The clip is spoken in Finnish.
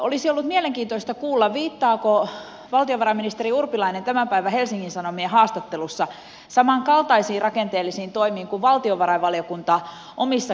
olisi ollut mielenkiintoista kuulla viittaako valtiovarainministeri urpilainen tämän päivän helsingin sanomien haastattelussa samankaltaisiin rakenteellisiin toimiin kuin valtiovarainvaliokunta omissa kannanotoissaan